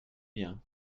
bien